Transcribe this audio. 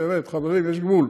באמת, חברים, יש גבול.